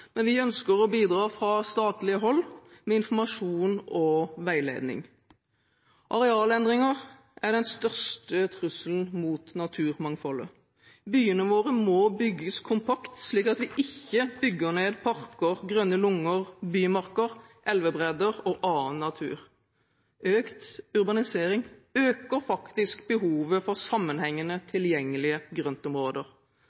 men vi ønsker å bidra fra statlig hold med informasjon og veiledning. Arealendringer er den største trusselen mot naturmangfoldet. Byene våre må bygges kompakt, slik at vi ikke bygger ned parker, grønne lunger, bymarker, elvebredder og annen natur. Økt urbanisering øker faktisk behovet for sammenhengende